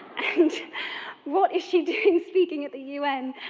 and what is she doing speaking at the un?